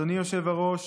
אדוני היושב-ראש,